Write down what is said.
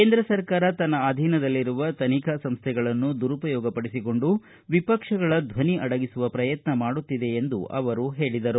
ಕೇಂದ್ರ ಸರ್ಕಾರ ತನ್ನ ಅಧೀನದಲ್ಲಿರುವ ತನಿಖಾ ಸಂಸ್ಥೆಗಳನ್ನು ದುರುಪಯೋಗಪಡಿಸಿಕೊಂಡು ವಿಪಕ್ಷಗಳ ಧ್ವನಿ ಅಡಗಿಸುವ ಪ್ರಯತ್ನ ಮಾಡುತ್ತಿದೆ ಎಂದು ಅವರು ಹೇಳಿದರು